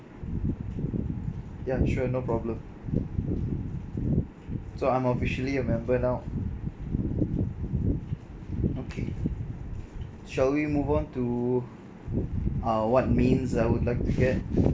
ya sure no problem so I'm officially a member now okay shall we move on to uh what mains I would like to get